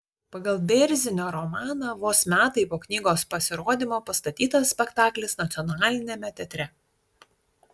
pagal bėrzinio romaną vos metai po knygos pasirodymo pastatytas spektaklis nacionaliniame teatre